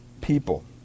people